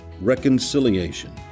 reconciliation